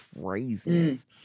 craziness